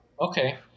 Okay